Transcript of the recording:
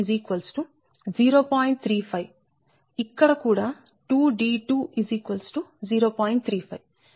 35 ఇక్కడ కూడా 2d2 0